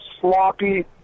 sloppy